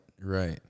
Right